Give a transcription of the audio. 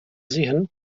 sehen